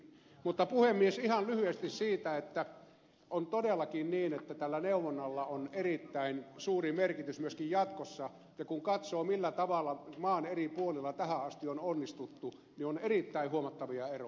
mutta puhemies ihan lyhyesti siitä että on todellakin niin että tällä neuvonnalla on erittäin suuri merkitys myöskin jatkossa ja kun katsoo millä tavalla maan eri puolilla tähän asti on onnistuttu niin on erittäin huomattavia eroja